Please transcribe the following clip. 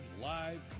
live